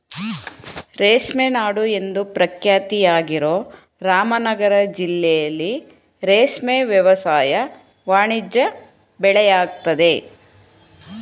ರೇಷ್ಮೆ ನಾಡು ಎಂದು ಪ್ರಖ್ಯಾತಿಯಾಗಿರೋ ರಾಮನಗರ ಜಿಲ್ಲೆಲಿ ರೇಷ್ಮೆ ವ್ಯವಸಾಯ ವಾಣಿಜ್ಯ ಬೆಳೆಯಾಗಯ್ತೆ